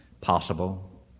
possible